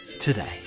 today